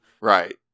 Right